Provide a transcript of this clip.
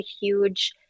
huge